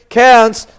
counts